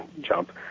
jump